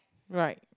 right